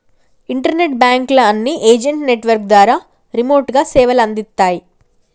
internet బాంకుల అన్ని agent network ద్వారా రిమోట్ గా సేవలందిత్తాయి